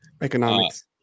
Economics